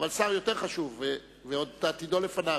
אבל שר יותר חשוב ועוד עתידו לפניו.